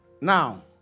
Now